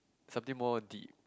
something more deep